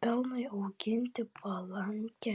pelnui auginti palankią